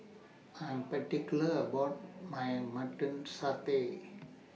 I Am particular about My Mutton Satay